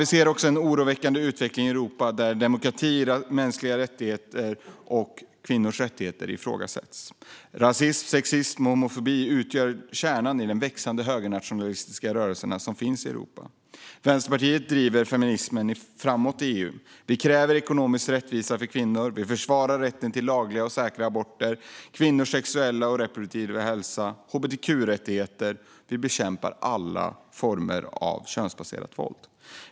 Vi ser också en oroande utveckling i Europa, där demokrati, mänskliga rättigheter och kvinnors rättigheter ifrågasätts. Rasism, sexism och homofobi utgör kärnan i de växande högernationalistiska rörelser som finns i Europa. Vänsterpartiet driver feminismen framåt i EU. Vi kräver ekonomisk rättvisa för kvinnor. Vi försvarar rätten till lagliga och säkra aborter, liksom kvinnors sexuella och reproduktiva hälsa och hbtq-rättigheter, och vi bekämpar alla former av könsbaserat våld.